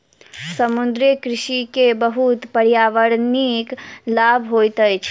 समुद्रीय कृषि के बहुत पर्यावरणिक लाभ होइत अछि